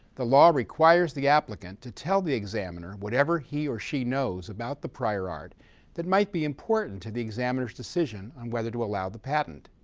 the law requires the applicant to tell the examiner whatever he or she knows about the prior art that might be important to the examiner's decision on whether to allow the patent.